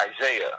Isaiah